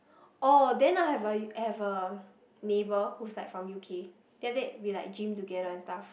oh then I have a I have a neighbour who's like from U_K then that we like gym together and stuff